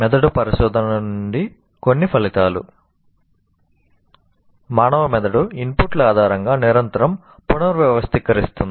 మెదడు పరిశోధన నుండి కొన్ని ఫలితాలు మానవ మెదడు ఇన్పుట్ల ఆధారంగా నిరంతరం పునర్వ్యవస్థీకరిస్తుంది